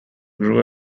grew